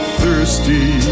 thirsty